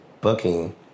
booking